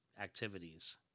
activities